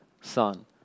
son